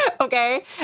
Okay